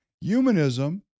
Humanism